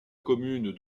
commune